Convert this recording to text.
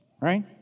right